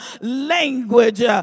language